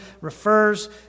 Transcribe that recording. refers